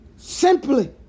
simply